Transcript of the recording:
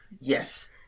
yes